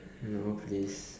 no please